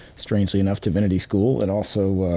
strangely enough, divinity school, and also.